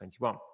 2021